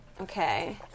Okay